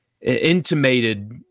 intimated